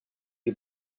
you